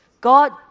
God